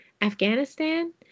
Afghanistan